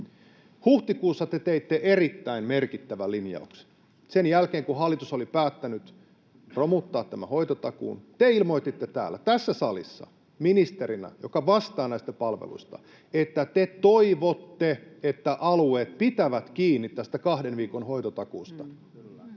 Huhtikuussa te teitte erittäin merkittävän linjauksen: sen jälkeen, kun hallitus oli päättänyt romuttaa hoitotakuun, te ilmoititte täällä tässä salissa ministerinä, joka vastaa näistä palveluista, että te toivotte, että alueet pitävät kiinni tästä kahden viikon hoitotakuusta